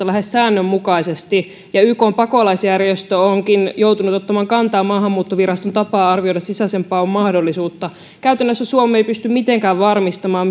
lähes säännönmukaisesti ja ykn pakolaisjärjestö onkin joutunut ottamaan kantaa maahanmuuttoviraston tapaan arvioida sisäisen paon mahdollisuutta käytännössä suomi ei pysty mitenkään varmistamaan